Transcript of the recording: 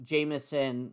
Jameson